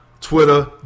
Twitter